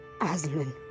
Aslan